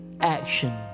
action